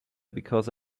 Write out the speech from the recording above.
because